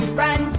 run